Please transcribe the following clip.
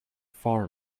far